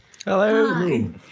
Hello